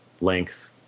length